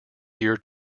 year